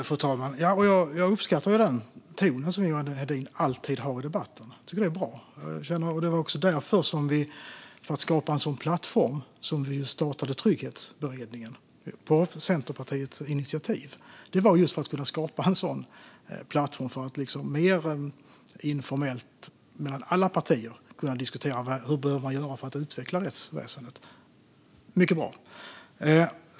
Fru talman! Jag uppskattar tonen som Johan Hedin alltid har i debatten. Jag tycker att den är bra. Det var också därför, för att skapa en sådan plattform, som vi startade Trygghetsberedningen på Centerpartiets initiativ. Det var för att skapa en plattform för att mer än informellt kunna diskutera mellan alla partier vad vi behöver göra för att utveckla rättsväsendet. Mycket bra!